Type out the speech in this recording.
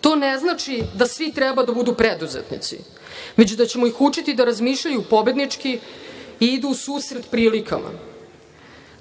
To ne znači da svi treba da budu preduzetnici, već da ćemo ih učiti da razmišljaju pobednički i idu u susret prilikama.